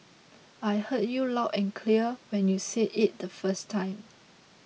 I heard you loud and clear when you said it the first time